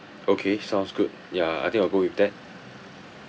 okay sounds good ya I think I'll go with that